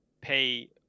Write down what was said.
pay